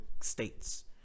states